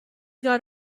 got